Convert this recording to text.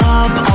up